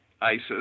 ISIS